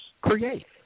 Create